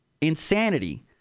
insanity